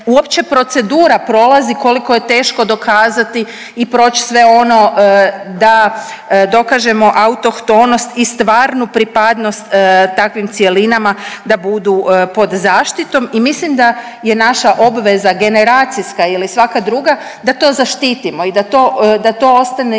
uopće procedura prolazi koliko je teško dokazati i proći sve ono da dokažemo autohtonost i stvarnu pripadnost takvim cjelinama da budu pod zaštitom. I mislim da je naša obveza generacijska ili svaka druga da to zaštitimo i da to, da